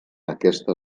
aquesta